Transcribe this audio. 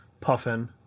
Puffin